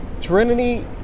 Trinity